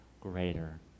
greater